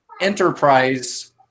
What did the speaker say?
Enterprise